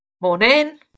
Morning